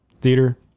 theater